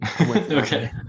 Okay